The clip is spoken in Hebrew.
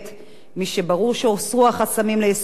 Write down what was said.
משברור שהוסרו החסמים ליישומו של החוק